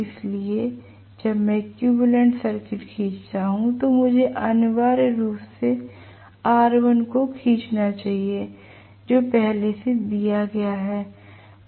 इसलिए जब मैं इक्विवेलेंट सर्किट खींचता हूं तो मुझे अनिवार्य रूप से R1 को खींचना चाहिए जो पहले से ही दिया गया है